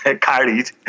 carried